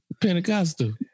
Pentecostal